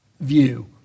view